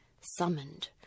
Summoned